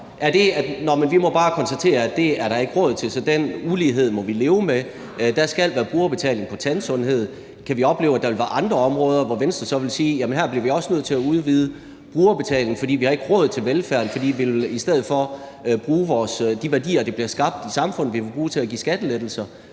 vi må bare konstatere, at det er der ikke råd til, så den ulighed må vi leve med; der skal være brugerbetaling på tandsundhed? Kan vi opleve, at der vil være andre områder, hvor Venstre så vil sige: Jamen her bliver vi også nødt til at udvide brugerbetalingen, for vi har ikke råd til velfærden, fordi vi i stedet for vil bruge de værdier, der bliver skabt i samfundet, til at give skattelettelser.